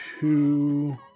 two